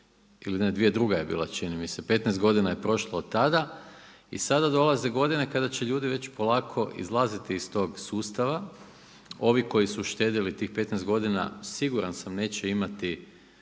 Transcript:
ili 16, ili ne 2002. je bila, čini mi se, 15 godina je prošlo od tada. I sada dolaze godine kada će ljudi već polako izlaziti iz tog sustava. Ovi koji su štedjeli tih 15 godina siguran sam neće imati